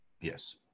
Yes